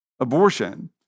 abortion